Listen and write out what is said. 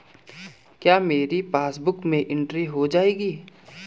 क्या मेरी पासबुक में एंट्री हो जाएगी?